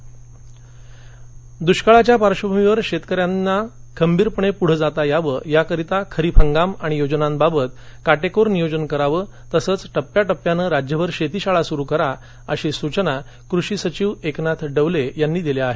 दष्काळ बैठक दुष्काळाच्या पार्श्वभूमीवर शेतकऱ्यांना खंबीरपणे पुढे जाण्याकरिता खरीप हंगाम आणि योजनांबाबत काटेकोर नियोजन करावे तसंघ टप्प्याटप्प्यानं राज्यभर शेतीशाळा सुरू करा अशा सूचना कृषी सचिव एकनाथ डवले यांनी दिल्या आहेत